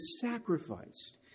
sacrificed